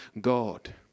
God